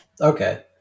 okay